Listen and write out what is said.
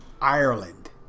Ireland